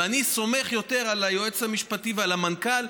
ואני סומך יותר על היועץ המשפטי ועל המנכ"ל?